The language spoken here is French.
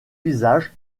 visages